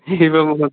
एवं